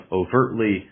overtly